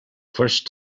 first